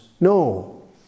No